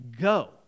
go